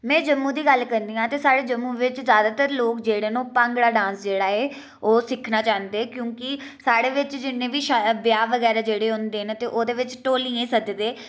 में जम्मू दी गल्ल करनी आं ते साढ़े जम्मू बिच जादैतर लोग जेह्ड़े न ओह् भांगड़ा डांस जेह्ड़ा ऐ ओह् सिक्खना चाहंदे क्योंकि साढ़े बिच जि'न्ने बी शैल ब्याह् बगैरा जेह्ड़े होंदे न ते ओह्दे बिच ढोलियें ई सददे